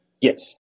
yes